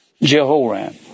Jehoram